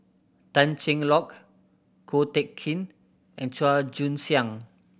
Tan Cheng Lock Ko Teck Kin and Chua Joon Siang